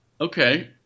Okay